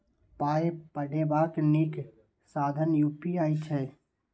पाय पठेबाक नीक साधन यू.पी.आई छै